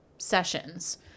sessions